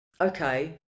Okay